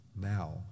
now